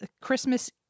Christmas